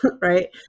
right